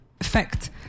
effect